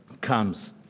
comes